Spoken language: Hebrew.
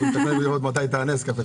מחכה לראות מתי תעלו את מחיר הנס קפה,